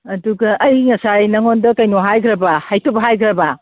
ꯑꯗꯨꯒ ꯑꯩ ꯉꯁꯥꯏ ꯅꯪꯉꯣꯟꯗ ꯀꯩꯅꯣ ꯍꯥꯏꯒ꯭ꯔꯕ ꯍꯩꯇꯨꯞ ꯍꯥꯏꯒ꯭ꯔꯕ